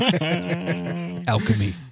alchemy